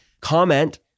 Comment